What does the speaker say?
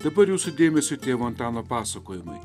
dabar jūsų dėmesiui tėvo antano pasakojimai